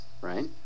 Right